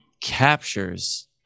captures